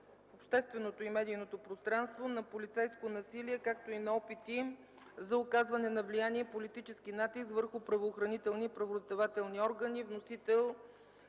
в общественото и медийното пространство, на полицейско насилие, както и на опити за оказване на влияние и политически натиск върху правоохранителни и правораздавателни органи. Вносители